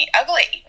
ugly